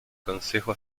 consejo